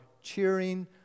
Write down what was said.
cheering